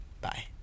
Bye